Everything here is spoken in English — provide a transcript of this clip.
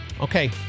Okay